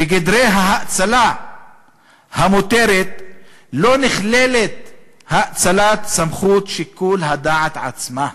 בגדרי ההאצלה המותרת לא נכללת האצלת סמכות שיקול הדעת עצמה,